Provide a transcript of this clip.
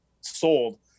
sold